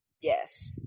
yes